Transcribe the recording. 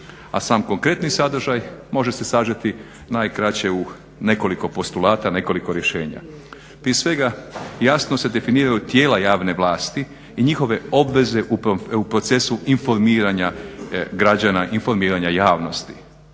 A sam konkretni sadržaj može se sažeti najkraće u nekoliko postulata, nekoliko rješenja. Prije svega, jasno se definiraju tijela javne vlasti i njihove obveze u procesu informiranja građana, informiranja javnosti.